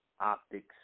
optics